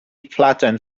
flattened